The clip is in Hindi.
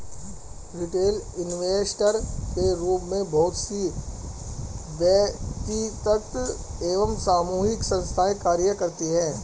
रिटेल इन्वेस्टर के रूप में बहुत सी वैयक्तिक एवं सामूहिक संस्थाएं कार्य करती हैं